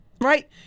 right